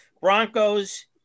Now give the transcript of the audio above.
Broncos